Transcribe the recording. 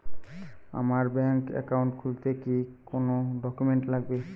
আমার bank account খুলতে কি কি ডকুমেন্ট লাগবে?